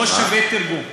לא שווה תרגום.